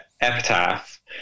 epitaph